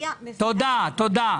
תודה, תודה.